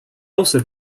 also